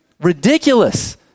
ridiculous